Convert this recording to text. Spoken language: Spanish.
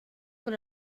por